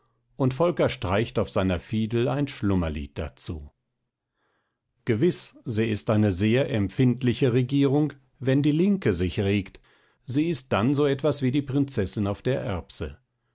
und volker streicht auf seiner fidel ein schlummerlied dazu gewiß sie ist eine sehr empfindliche regierung wenn die linke sich regt sie ist dann so etwas wie die prinzessin auf der erbse